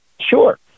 sure